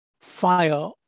fire